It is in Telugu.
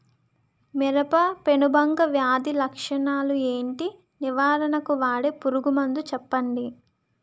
మిరప పెనుబంక వ్యాధి లక్షణాలు ఏంటి? నివారణకు వాడే పురుగు మందు చెప్పండీ?